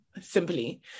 simply